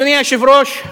אדוני היושב-ראש,